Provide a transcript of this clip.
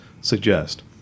suggest